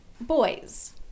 Boys